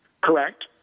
Correct